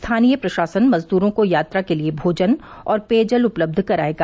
स्थानीय प्रशासन मजदूरों को यात्रा के लिए भोजन और पेयजल उपलब्ध कराएगा